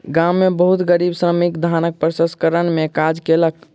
गाम में बहुत गरीब श्रमिक धानक प्रसंस्करण में काज कयलक